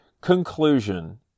Conclusion